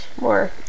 more